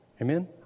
Amen